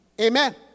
Amen